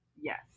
yes